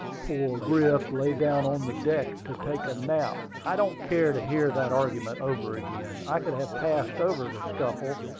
poor griff lay down on the deck to take a nap i don't care to hear that argument over again. i could have passed over the scuffle,